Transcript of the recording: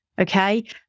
Okay